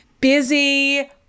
busy